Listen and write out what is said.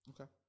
Okay